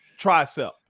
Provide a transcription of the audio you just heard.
tricep